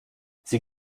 sie